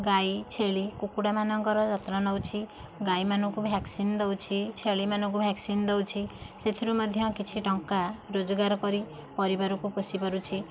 ଗାଈ ଛେଳି କୁକୁଡ଼ା ମାନଙ୍କର ଯତ୍ନ ନେଉଛି ଗାଈ ମାନଙ୍କୁ ବି ଭ୍ୟାକ୍ସିନ ଦେଉଚି ଛେଳି ମାନଙ୍କୁ ବି ଭ୍ୟାକ୍ସିନ ଦେଉଛି ସେଥିରୁ ମଧ୍ୟ କିଛି ଟଙ୍କା ରୋଜଗାର କରି ପରିବାରକୁ ପୋଷି ପାରୁଛି